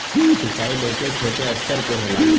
सिंचाई बहुत छोटे स्तर पे होला